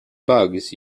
bugs